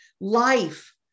life